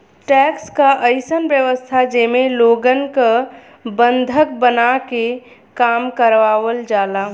tax क अइसन व्यवस्था जेमे लोगन क बंधक बनाके काम करावल जाला